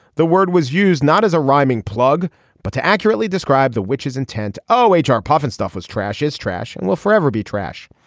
the word was used not as a rhyming plug but to accurately describe the which is intent o h our puffin stuff as trash is trash and will forever be trash.